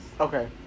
Okay